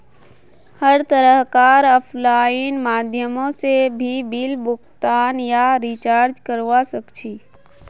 हर तरह कार आफलाइन माध्यमों से भी बिल भुगतान या रीचार्ज करवा सक्छी